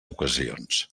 ocasions